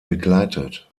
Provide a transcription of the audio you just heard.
begleitet